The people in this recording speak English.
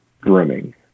grooming